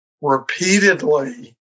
repeatedly